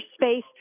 space